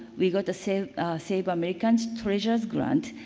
we got the save save americans treasures grant.